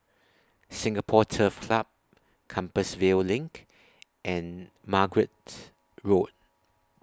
Singapore Turf Club Compassvale LINK and Margate Road